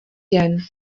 den